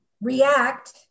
react